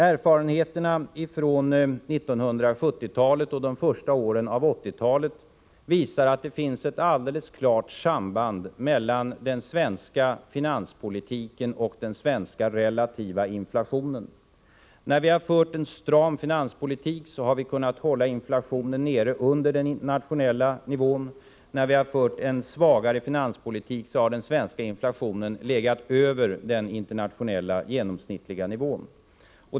Erfarenheterna från 1970-talet och de första åren av 1980-talet visar att det finns ett alldeles klart samband mellan den svenska finanspolitiken och den svenska relativa inflationen. När vi har fört en stram finanspolitik, har vi kunnat hålla inflationen nere under den internationella nivån. När vi har fört en svagare finanspolitik, har den svenska inflationen legat över den internationella genomsnittliga nivån.